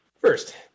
First